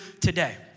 today